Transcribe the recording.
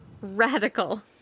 radical